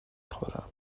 خورم